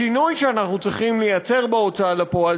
השינוי שאנחנו צריכים ליצור בהוצאה לפועל